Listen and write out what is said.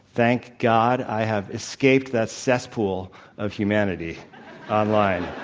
thank god i have escaped that cesspool of humanity online.